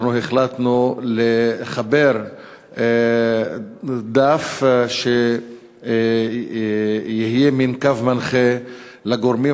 אנחנו החלטנו לחבר דף שיהיה מין קו מנחה לגורמים